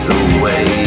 away